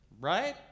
right